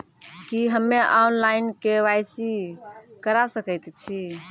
की हम्मे online, KYC करा सकैत छी?